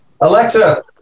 Alexa